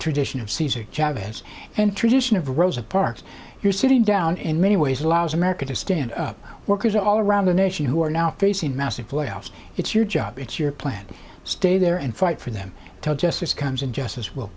tradition of cesar chavez and tradition of rosa parks you're sitting down in many ways allows america to stand up workers all around the nation who are now facing massive layoffs it's your job it's your plan to stay there and fight for them tell justice comes and justice will